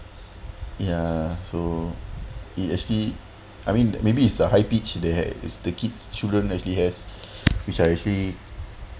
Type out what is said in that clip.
ya so it actually I mean maybe it's the high pitch they have is the kids children actually have which I actually